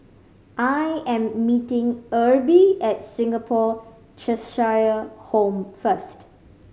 I am meeting Erby at Singapore Cheshire Home first